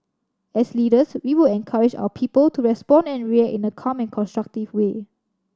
as leaders we would encourage our people to respond and react in a calm and constructive way